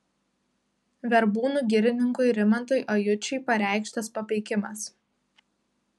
verbūnų girininkui rimantui ajučiui pareikštas papeikimas